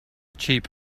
cheap